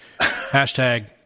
hashtag